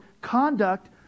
conduct